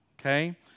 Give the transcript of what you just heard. Okay